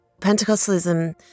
Pentecostalism